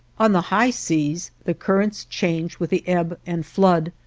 on the high seas the currents change with the ebb and flood.